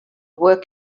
work